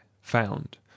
found